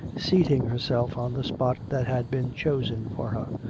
seating herself on the spot that had been chosen for her.